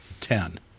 ten